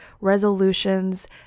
resolutions